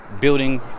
building